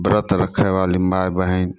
व्रत रखैवाली माइ बहिन